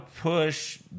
push